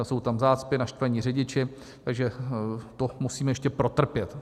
Jsou tam zácpy, naštvaní řidiči, takže to musíme ještě protrpět.